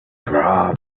proms